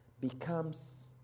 becomes